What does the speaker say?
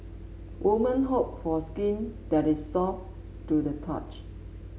woman hope for skin that is soft to the touch